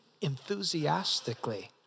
enthusiastically